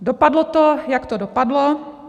Dopadlo to, jak to dopadlo.